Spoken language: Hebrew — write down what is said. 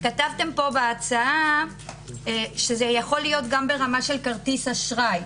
כתבתם פה בהצעה שזה יכול להיות גם ברמה של כרטיס אשראי.